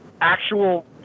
actual